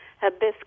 hibiscus